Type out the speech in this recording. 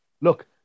Look